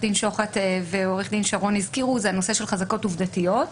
דין שוחט ועורך דין שרון הזכירו וזה הנושא של חזקות עובדתיות.